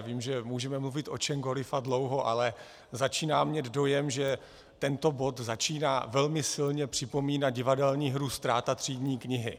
Vím, že můžeme mluvit o čemkoliv a dlouho, ale začínám mít dojem, že tento bod začíná velmi silně připomínat divadelní hru Ztráta třídní knihy.